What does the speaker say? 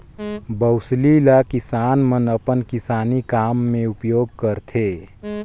बउसली ल किसान मन अपन किसानी काम मे उपियोग करथे